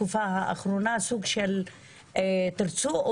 כועס --- המכתב שלי נוגע לחוק הזה,